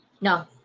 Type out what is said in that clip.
No